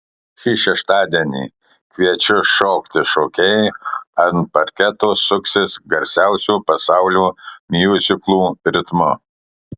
šį šeštadienį kviečiu šokti šokėjai ant parketo suksis garsiausių pasaulio miuziklų ritmu